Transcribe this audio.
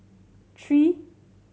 three